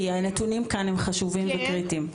כי הנתונים כאן הם חשובים וקריטיים.